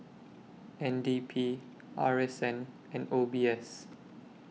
N D P R S N and O B S